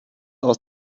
aus